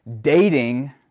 dating